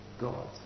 God